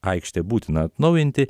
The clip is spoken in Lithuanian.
aikštę būtina atnaujinti